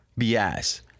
BS